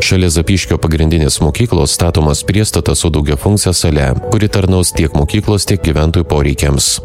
šalia zapyškio pagrindinės mokyklos statomas priestatas su daugiafunkcine sale kuri tarnaus tiek mokyklos tiek gyventojų poreikiams